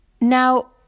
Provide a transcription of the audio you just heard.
Now